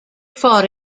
fought